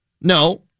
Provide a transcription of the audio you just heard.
No